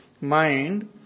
mind